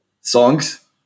songs